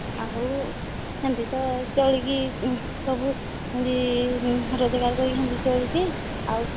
ଆଉ ସେମିତି ତ ଚଳିକି ସବୁ ହେମିତି ରୋଜଗାର କରିକି ସେମିତି ଚଳୁଛି ଆଉ